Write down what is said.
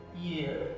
year